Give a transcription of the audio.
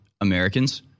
americans